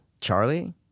Charlie